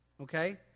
Okay